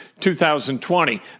2020